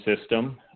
system